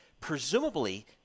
presumably